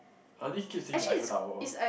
I only keep seeing the Eiffel-Tower